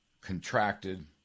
contracted